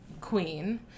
queen